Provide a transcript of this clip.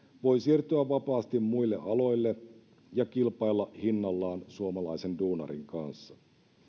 voi siirtyä vapaasti muille aloille ja kilpailla hinnallaan suomalaisen duunarin kanssa